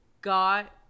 got